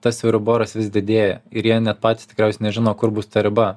tas viriboras vis didėja ir jie net patys tikriausiai nežino kur bus ta riba